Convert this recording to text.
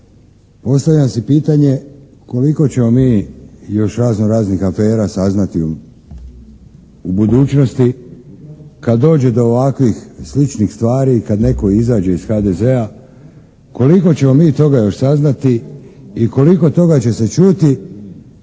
postavljam si pitanje koliko ćemo mi još razno-raznih afera saznati u budućnosti kada dođe do ovakvih sličnih stvari i kada netko izađe iz HDZ-a, koliko ćemo mi još toga saznati i koliko toga će se čuti